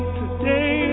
today